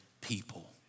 people